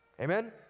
Amen